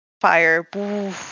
fire